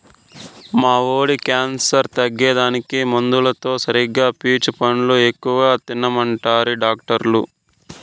మా వోడి క్యాన్సర్ తగ్గేదానికి మందులతో సరిగా పీచు పండ్లు ఎక్కువ తినమంటిరి డాక్టర్లు